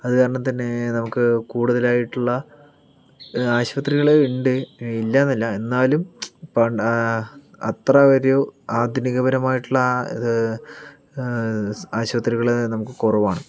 അത് കാരണം തന്നെ നമുക്ക് കൂടുതലായിട്ടുള്ള ആശുപത്രികൾ ഉണ്ട് ഇല്ലയെന്നല്ല എന്നാലും ആ അത്രയൊരു ആധുനിക പരമായിട്ടുള്ള ആശുപത്രികൾ നമുക്ക് കുറവാണ്